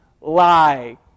lie